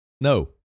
no